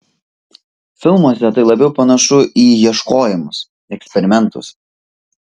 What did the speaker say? filmuose tai labiau panašu į ieškojimus eksperimentus